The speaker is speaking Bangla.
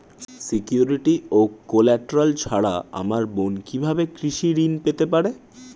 সিকিউরিটি ও কোলাটেরাল ছাড়া আমার বোন কিভাবে কৃষি ঋন পেতে পারে?